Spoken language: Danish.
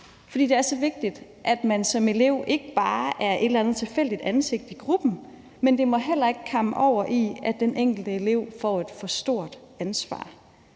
For det er så vigtigt, at man som elev ikke bare er et eller andet tilfældigt ansigt i gruppen, men det må heller ikke kamme over, så den enkelte elev får et for stort ansvar.